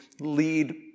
lead